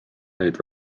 neid